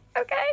Okay